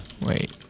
wait